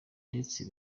ndetse